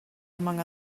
among